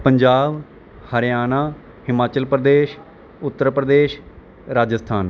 Punjab Haryana Himachal Pradesh Uttar Pradesh Rajasthan